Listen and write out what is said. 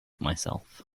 myself